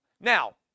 Now